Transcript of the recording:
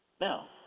Now